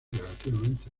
relativamente